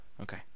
Okay